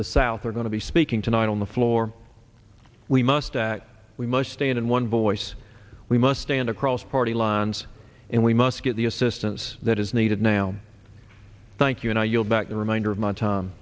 the south are going to be speaking tonight on the floor we must act we must stand in one voice we must stand across party lines and we must get the assistance that is needed now thank you and i yield back the remainder of my time